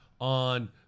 on